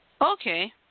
Okay